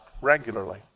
regularly